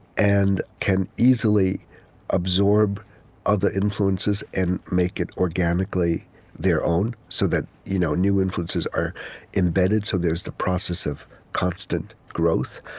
and can easily absorb other influences and make it organically their own. so that you know new influences are embedded. so there's the process of constant growth.